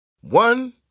One